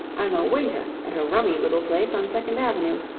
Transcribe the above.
i'm a waiter at a rummy little place on second avenue.